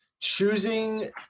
choosing